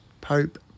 Pope